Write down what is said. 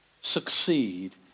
Succeed